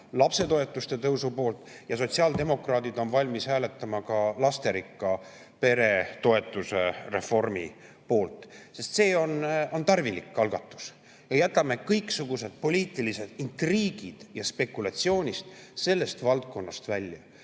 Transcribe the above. lapsetoetuste tõusu poolt ja sotsiaaldemokraadid on valmis hääletama ka lasterikka pere toetuse reformi poolt. Sest see on tarvilik algatus. Jätame kõiksugused poliitilised intriigid ja spekulatsioonid sellest valdkonnast välja. Meil